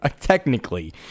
technically